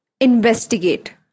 investigate